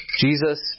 Jesus